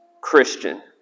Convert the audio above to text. Christian